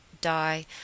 die